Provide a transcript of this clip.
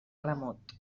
remot